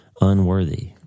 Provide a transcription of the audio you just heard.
unworthy